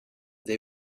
they